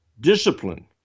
discipline